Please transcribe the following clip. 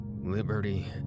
Liberty